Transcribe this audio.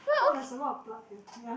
what there's a lot of blood here yeah